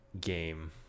Game